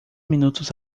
minutos